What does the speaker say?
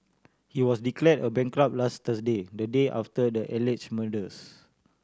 he was declared a bankrupt last Thursday the day after the alleged murders